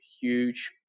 huge